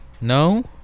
No